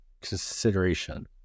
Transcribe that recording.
consideration